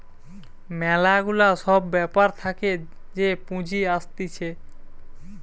ম্যালা গুলা সব ব্যাপার থাকে যে পুঁজি আসতিছে